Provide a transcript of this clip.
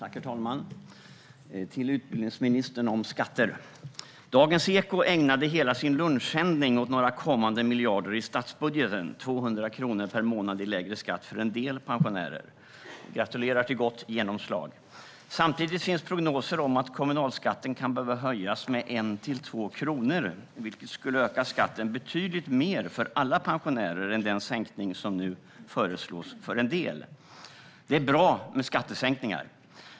Herr talman! Jag har en fråga till utbildningsministern om skatter. Dagens eko ägnade hela sin lunchsändning åt några kommande miljarder i statsbudgeten - 200 kronor per månad i lägre skatt för en del pensionärer. Gratulerar till gott genomslag! Samtidigt finns prognoser om att kommunalskatten kan behöva höjas med 1-2 kronor, vilket skulle öka skatten betydligt mer för alla pensionärer än den sänkning som nu föreslås för en del. Det är bra med skattesänkningar.